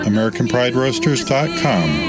AmericanPrideRoasters.com